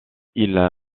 ils